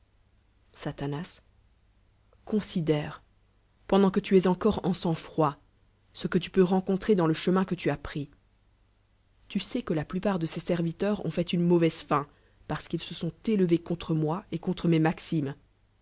satan considère pendad que tu eeeocore en sang froid ce que tu peux rencontrer dans le chemin r que tu as pris tu lais que la plu part de ses serviteura ont fait une mauvaise fm parce qu'ils se sont élevés contre moi et contre mes maximes